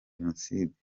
jenoside